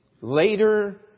later